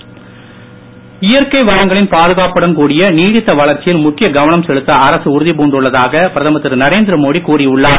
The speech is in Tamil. பூமி தினம் இயற்கை வளங்களின் பாதுகாப்புடன் கூடிய நீடித்த வளர்ச்சியில் முக்கிய கவனம் செலுத்த அரசு உறுதிப்பூண்டுள்ளதாக பிரதமர் திரு நரேந்திரமோடி கூறி உள்ளார்